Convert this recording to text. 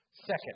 Second